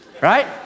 Right